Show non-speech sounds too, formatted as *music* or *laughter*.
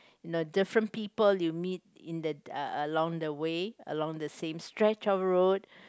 know different people you in the *noise* along the way along the same stretch of road